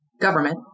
government